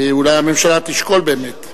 אולי הממשלה תשקול באמת,